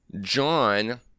john